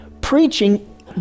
preaching